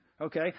Okay